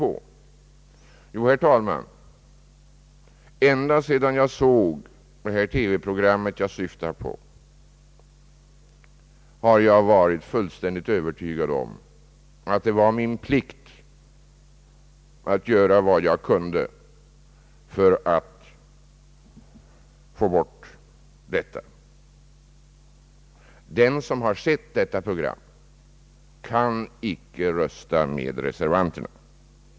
Jo, herr talman, ända sedan jag såg det TV-program som jag nyss nämnde har jag varit fullständigt övertygad om att det var min plikt att göra vad jag kunde för att förbjuda professionell boxning. Den som har sett detta program kan inte rösta med reservanterna.